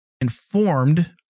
informed